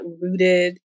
rooted